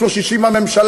פלוס 60 מהממשלה,